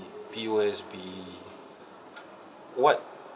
P_O_S_B what